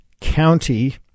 County